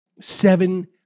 seven